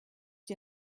die